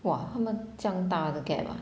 !wah! 他们这样大的 gap ah